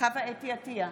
חוה אתי עטייה,